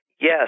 Yes